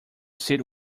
sit